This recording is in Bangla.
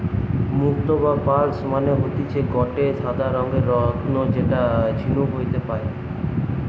মুক্তো বা পার্লস মানে হতিছে গটে সাদা রঙের রত্ন যেটা ঝিনুক হইতে পায়